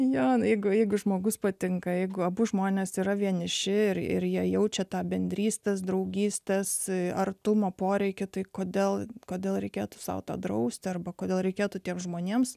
jo eigoje jeigu žmogus patinka jeigu abu žmonės yra vieniši ir ir jie jaučia tą bendrystės draugystės artumo poreikį tai kodėl kodėl reikėtų sau to drausti arba kodėl reikėtų tiems žmonėms